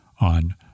on